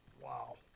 Wow